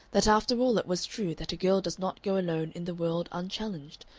that after all it was true that a girl does not go alone in the world unchallenged,